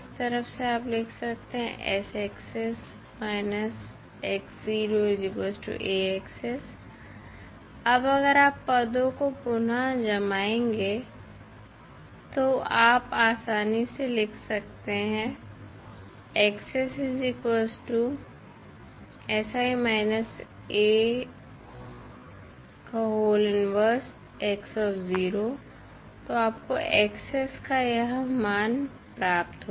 इस तरफ से आप लिख सकते हैं अब अगर आप पदों को पुनः जमाएंगे तो आप आसानी से लिख सकते हैं तो आपको का यह मान प्राप्त होता है